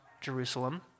Jerusalem